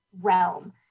realm